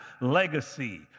legacy